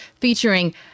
featuring